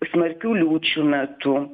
smarkių liūčių metu